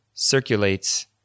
circulates